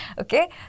okay